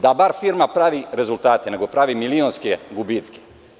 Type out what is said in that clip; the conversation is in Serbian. Da bar firma pravi rezultate, nego pravi milionske gubitke.